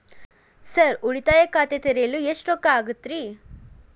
Sir ಉಳಿತಾಯ ಖಾತೆ ತೆರೆಯಲು ಎಷ್ಟು ರೊಕ್ಕಾ ಆಗುತ್ತೇರಿ?